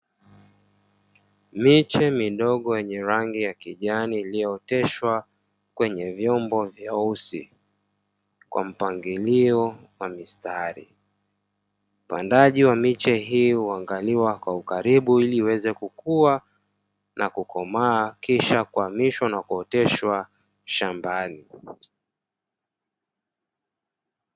Miche midogo yenye rangi ya kijani iliyooteshwa kwenye vyombo vyeusi kwa mapangilio wa mistari. Upandaji wa miche hiyo huangaliwa kwa ukaribu ili iweze kukua na kukomaa, kisha kuhamishwa na kuoteshwa shambani.